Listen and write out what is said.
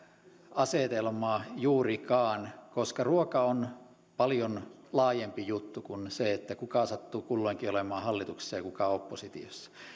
asetelmaa juurikaan koska ruoka on paljon laajempi juttu kuin se kuka sattuu kulloinkin olemaan hallituksessa ja kuka oppositiossa